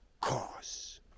cause